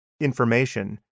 information